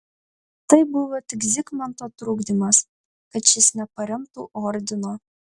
tai buvo tik zigmanto trukdymas kad šis neparemtų ordino